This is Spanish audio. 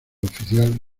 oficial